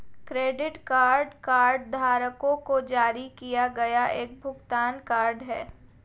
credit card कार्डधारकों को जारी किया गया एक भुगतान कार्ड है